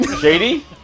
Shady